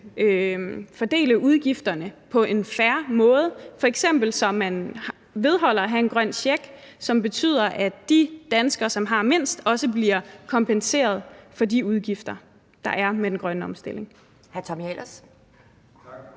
fordele udgifterne på en fair måde, f.eks. så man holder ved at have en grøn check, som betyder, at de danskere, som har mindst, også bliver kompenseret for de udgifter, der er, ved den grønne omstilling.